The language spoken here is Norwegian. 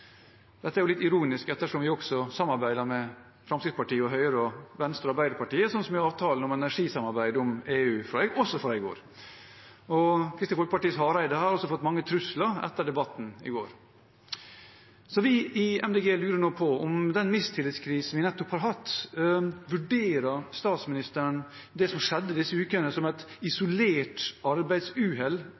Dette er litt ironisk, ettersom vi også samarbeider med Fremskrittspartiet, Høyre, Venstre og Arbeiderpartiet, slik som i avtalen om energisamarbeidet med EU, også fra i går. Kristelig Folkepartis Hareide har også fått mange trusler etter debatten i går. Vi i Miljøpartiet De Grønne lurer nå på: Etter den mistillitskrisen vi nettopp har hatt, vurderer statsministeren det som skjedde disse ukene, som et isolert arbeidsuhell